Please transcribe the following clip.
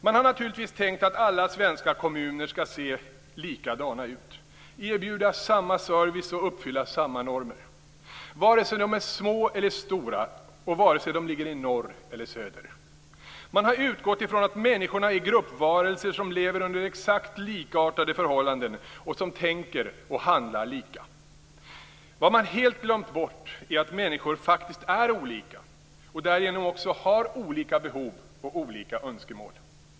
Man har naturligtvis tänkt att alla svenska kommuner skall se likadana ut, erbjuda samma service och uppfylla samma normer vare sig de är små eller stora och vare sig de ligger i norr eller söder. Man har utgått ifrån att människorna är gruppvarelser som lever under exakt likartade förhållanden och som tänker och handlar lika. Vad man helt glömt bort är att människor faktiskt är olika och därigenom också har olika behov och olika önskemål.